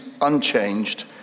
unchanged